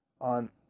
on